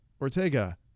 Ortega